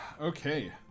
okay